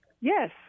Yes